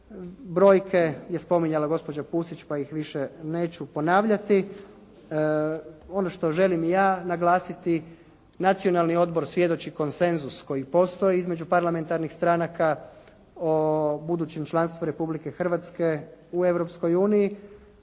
Brojke je spominjala gospođa Pusić pa ih više neću ponavljati. Ono što želim ja naglasiti Nacionalni odbor svjedoči konsenzus koji postoji između parlamentarnih stranaka o budućem članstvu Republike Hrvatske u